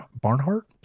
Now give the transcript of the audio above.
Barnhart